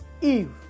Eve